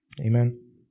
Amen